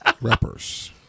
Rappers